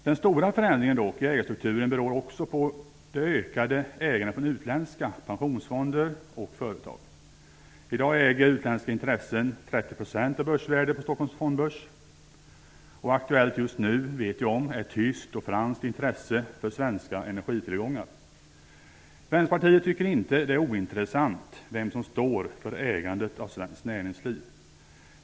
Den stora förändringen i ägarstrukturen beror också på det ökade ägandet från utländska pensionsfonder och företag. I dag äger utländska intressen 30 % av börsvärdet på Stockholms fondbörs. Aktuellt just nu är tyskt och franskt intresse för svenska energitillgångar. Vänsterpartiet tycker inte att det är ointressant vem som står för ägandet av svenskt näringsliv.